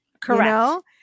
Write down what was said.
Correct